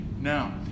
Now